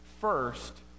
First